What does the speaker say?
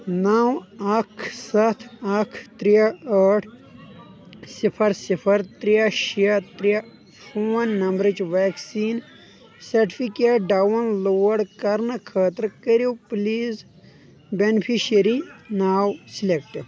نَو اکھ ستھ اکھ ترے آٹھ صفر صفر ترے شیے ترے فون نمبرٕچ ویکسیٖن سٹفکیٹ ڈاؤن لوڈ کرنہٕ خٲطرٕ کٔرِو پلیز بینِفیشری ناو سِلیکٹ